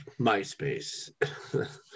MySpace